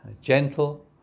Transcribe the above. gentle